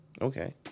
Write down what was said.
Okay